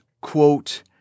quote